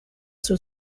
zur